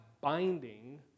binding